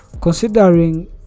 considering